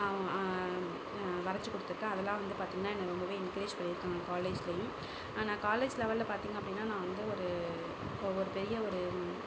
வரஞ்சு கொடுத்துருக்கேன் அது எல்லாம் வந்து பார்த்தீங்னா என்ன ரொம்பவே என்கிரேஜ் பண்ணி இருக்காங்க காலேஜ்லையும் நான் காலேஜ் லெவலில் பார்த்தீங்க அப்படின்னா நான் வந்து ஒரு ஒவ்வொரு பெரிய ஒரு